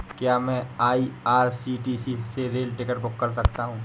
क्या मैं आई.आर.सी.टी.सी से रेल टिकट बुक कर सकता हूँ?